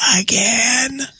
again